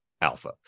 alpha